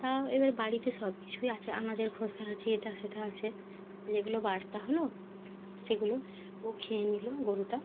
তাও এবারে বাড়িতে সব কিছুই আছে আনাজের খোসা আছে এটা সেটা আছে যেগুলো বারতা হলো সেগুলোও ও খেয়ে নিলো গরুটা